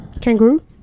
Kangaroo